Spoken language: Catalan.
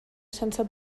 sense